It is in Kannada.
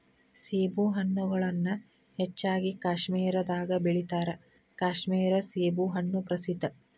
ಸೇಬುಹಣ್ಣುಗಳನ್ನಾ ಹೆಚ್ಚಾಗಿ ಕಾಶ್ಮೇರದಾಗ ಬೆಳಿತಾರ ಕಾಶ್ಮೇರ ಸೇಬುಹಣ್ಣು ಪ್ರಸಿದ್ಧ